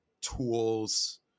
tools